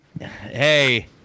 Hey